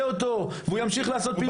אותו והוא ימשיך לעשות פעילות מבצעית.